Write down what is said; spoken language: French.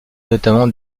notamment